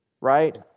right